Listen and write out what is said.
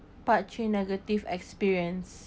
part three negative experience